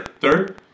Third